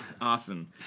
Awesome